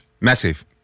Massive